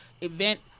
event